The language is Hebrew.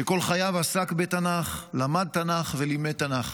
שכל חייו עסק בתנ"ך, למד תנ"ך ולימד תנ"ך.